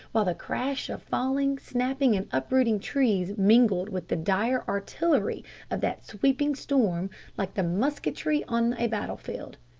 while the crash of falling, snapping, and uprooting trees mingled with the dire artillery of that sweeping storm like the musketry on a battle-field.